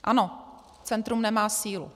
Ano, centrum nemá sílu.